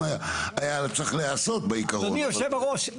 היה צריך להיעשות בעיקרון --- אדוני היושב-ראש,